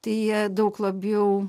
tai jie daug labiau